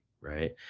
right